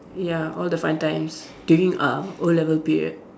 ya all the fun times during uh o-level period